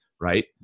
right